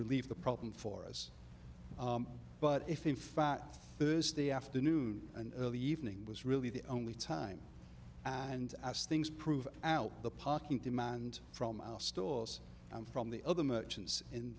relieve the problem for us but if in fact thursday afternoon and early evening was really the only time and as things prove out the parking demand from our stores on from the other merchants in